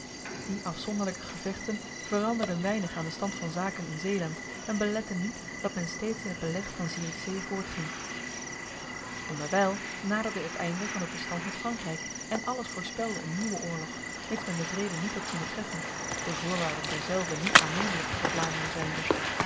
die afzonderlijke gevechten veranderden weinig aan de stand van zaken in zeeland en beletten niet dat men steeds in het beleg van zierikzee voortging onderwijl naderde het einde van het bestand met frankrijk en alles voorspelde een nieuwe oorlog mits men de vrede niet had kunnen treffen de voorwaarden derzelve niet aannemelijk voor de vlamingen zijnde